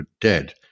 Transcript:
dead